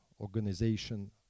organization